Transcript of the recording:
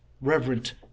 reverent